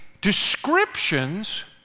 descriptions